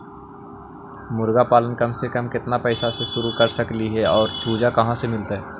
मरगा पालन कम से कम केतना पैसा में शुरू कर सकली हे और चुजा कहा से मिलतै?